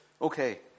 Okay